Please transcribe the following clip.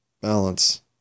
balance